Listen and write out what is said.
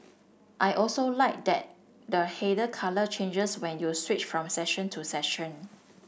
I also like that the header colour changes when you switch from section to section